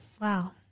Wow